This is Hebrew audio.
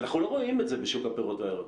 אנחנו לא רואים את זה בשוק הפירות והירקות.